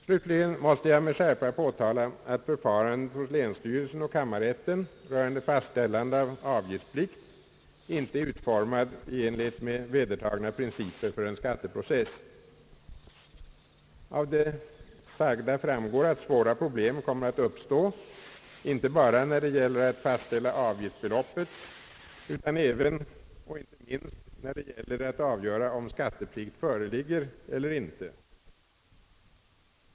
Slutligen måste jag med skärpa påtala, att förfarandet hos länsstyrelsen och kammarrätten rörande fastställande av avgiftsplikt icke är utformad i enlighet med vedertagna principer för en skatteprocess. Av det sagda framgår att svåra problem kommer att uppstå, icke blott när det gäller att fastställa avgiftsbeloppet utan även och icke minst när det gäller att avgöra om skatteplikt föreligger eller icke.